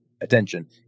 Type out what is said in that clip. attention